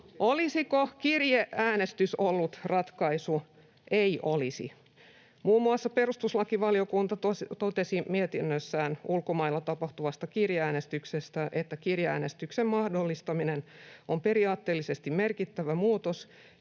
Olisiko kirjeäänestys ollut ratkaisu? Ei olisi. Muun muassa perustuslakivaliokunta totesi mietinnössään ulkomailla tapahtuvasta kirjeäänestyksestä, että kirjeäänestyksen mahdollistaminen on periaatteellisesti merkittävä muutos,